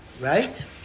right